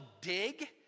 dig